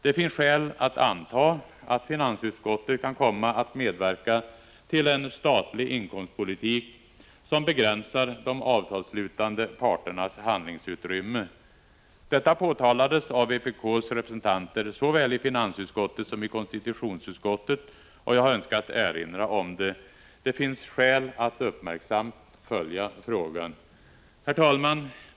Det finns skäl att anta att finansutskottet kan komma att medverka till en statlig inkomstpolitik som begränsar de avtalsslutande parternas handlingsutrymme. Detta påtalades av vpk:s representanter såväl i finansutskottet som i konstitutionsutskottet, och jag har önskat erinra om det. Det finns skäl att uppmärksamt följa frågan. Herr talman!